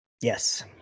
Yes